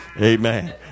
amen